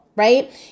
right